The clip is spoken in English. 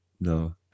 No